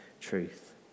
truth